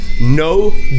No